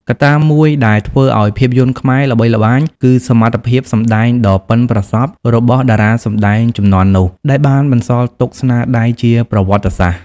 កត្តាមួយដែលធ្វើឱ្យភាពយន្តខ្មែរល្បីល្បាញ គឺសមត្ថភាពសម្ដែងដ៏ប៉ិនប្រសប់របស់តារាសម្ដែងជំនាន់នោះ ដែលបានបន្សល់ទុកស្នាដៃជាប្រវត្តិសាស្ត្រ។